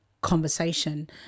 conversation